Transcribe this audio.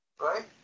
Right